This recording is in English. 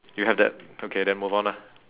you have that okay then move on lah